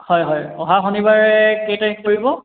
হয় হয় অহা শনিবাৰে কেই তাৰিখ পৰিব